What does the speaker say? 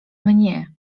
mnie